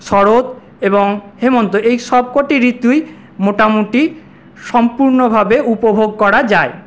শরৎ এবং হেমন্ত এই সবকটি ঋতুই মোটামুটি সম্পূর্ণভাবে উপভোগ করা যায়